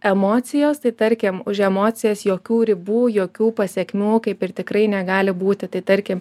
emocijos tai tarkim už emocijas jokių ribų jokių pasekmių kaip ir tikrai negali būti tai tarkim